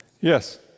Yes